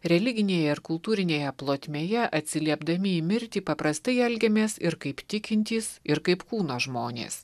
religinėje ar kultūrinėje plotmėje atsiliepdami į mirtį paprastai elgiamės ir kaip tikintys ir kaip kūno žmonės